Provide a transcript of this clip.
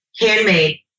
Handmade